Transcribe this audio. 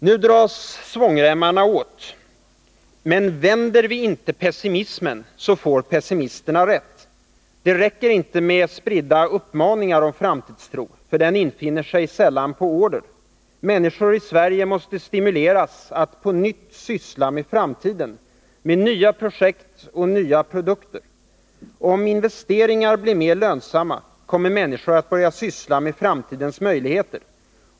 Nu dras svångremmarna åt. Men vänder vi inte pessimismen får pessimisterna rätt. Det räcker inte med spridda uppmaningar om framtidstro. Den infinner sig sällan på order. Människor i Sverige måste stimuleras att på nytt syssla med framtiden, med nya projekt, med nya produkter. Om investeringar blir mer lönsamma kommer människor att börja syssla med framtidens möjligheter.